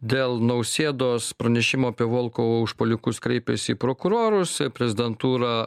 dėl nausėdos pranešimo apie volkovo užpuolikus kreipėsi į prokurorus prezidentūra